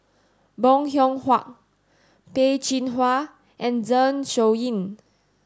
Bong Hiong Hwa Peh Chin Hua and Zeng Shouyin